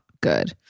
good